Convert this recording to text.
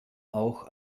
auch